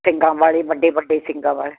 ਸਿੰਗਾਂ ਵਾਲੇ ਵੱਡੇ ਵੱਡੇ ਸਿੰਗਾਂ ਵਾਲੇ